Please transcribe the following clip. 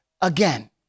again